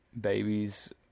babies